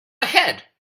ahead